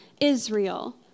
Israel